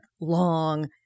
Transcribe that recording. long